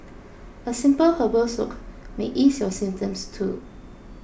a simple herbal soak may ease your symptoms too